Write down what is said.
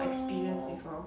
err